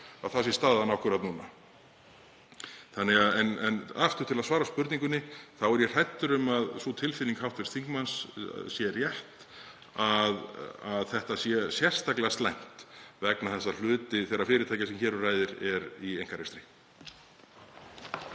að sú sé staðan akkúrat núna. Þannig að enn og aftur, svo ég svari spurningunni, þá er ég hræddur um að sú tilfinning hv. þingmanns sé rétt, að þetta sé sérstaklega slæmt vegna þess að hluti þeirra fyrirtækja sem hér um ræðir er í einkarekstri.